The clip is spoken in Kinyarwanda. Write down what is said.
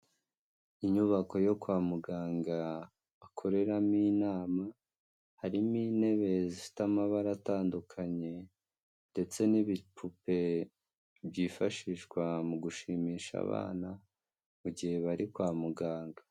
Inyubako yo kwa muganga hakoreramo inama, harimo intebe zifite amabara atandukanye ndetse n'ibipupe byifashishwa mu gushimisha abana mu gihe bari kwa muganga.